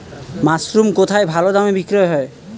Mushroom কেথায় ভালোদামে বিক্রয় হয়?